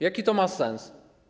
Jaki to ma sens?